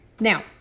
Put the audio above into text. Now